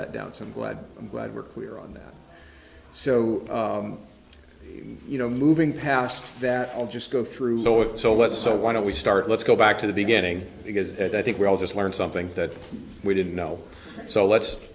it down so i'm glad i'm glad we're clear on that so you know moving past that i'll just go through so let's so why don't we start let's go back to the beginning because i think we all just learned something that we didn't know so let's